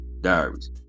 Diaries